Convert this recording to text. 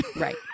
Right